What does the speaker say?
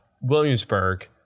Williamsburg